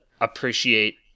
appreciate